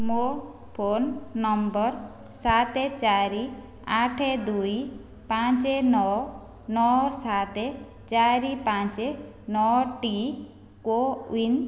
ମୋ phone number ସାତ ଚାରି ଆଠ ଦୁଇ ପାଞ୍ଚ ନଅ ନଅ ସାତ ଚାରି ପାଞ୍ଚ ନଅଟି କୋୱିନ୍